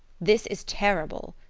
this is terrible,